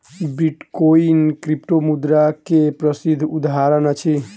bitcoin क्रिप्टोमुद्रा के प्रसिद्ध उदहारण अछि